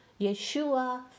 Yeshua